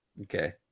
Okay